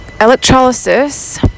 electrolysis